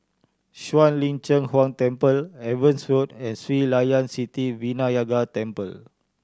Shuang Lin Cheng Huang Temple Evans Road and Sri Layan Sithi Vinayagar Temple